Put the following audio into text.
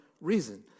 reason